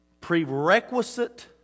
prerequisite